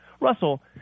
Russell